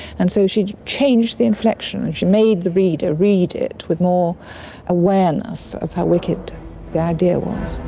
and so she changed the inflection and she made the reader read it with more awareness of how wicked the idea was.